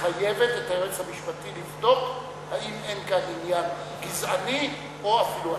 מחייבת את היועץ המשפטי לבדוק האם אין כאן עניין גזעני או אפילו הסתה.